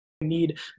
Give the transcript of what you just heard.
need